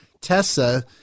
Tessa